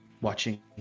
watching